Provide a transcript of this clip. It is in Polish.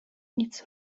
nic